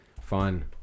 Fun